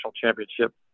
championship